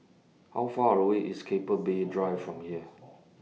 How Far away IS Keppel Bay Drive from here